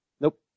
Nope